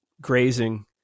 grazing